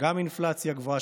גם אינפלציה גבוהה,